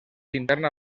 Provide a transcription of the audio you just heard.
interna